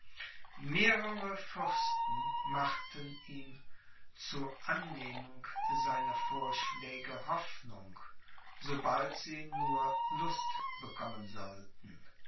mehrere fürsten machten ihm zu annehmung seiner vorschläge hoffnung sobald sie nur lust bekommen sollten